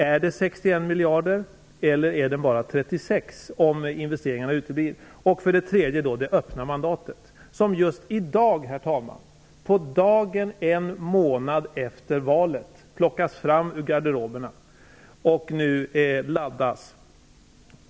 Är det 61 miljarder, eller är det bara 36 miljarder om investeringarna uteblir? För det tredje: det öppna mandatet, som just i dag, på dagen en månad efter valet, plockats fram ur garderoberna och nu laddas.